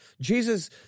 Jesus